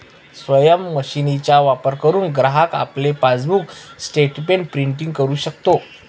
स्वयम मशीनचा वापर करुन ग्राहक आपले पासबुक स्टेटमेंट प्रिंटिंग करु शकतो